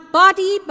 body